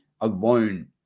alone